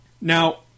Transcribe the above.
Now